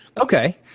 Okay